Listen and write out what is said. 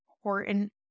important